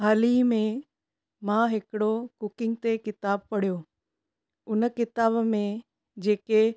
हाल ई में मां हिकिड़ो कुकिंग ते किताबु पढ़ियो उन किताब में जेके